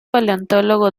paleontólogo